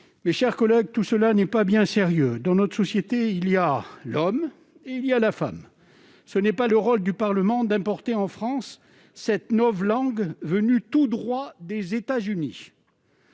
Mes chers collègues, tout cela n'est pas bien sérieux ! Dans notre société, il y a l'homme et il y a la femme. Le rôle du Parlement n'est pas d'importer en France cette novlangue venue tout droit des États-Unis